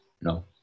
No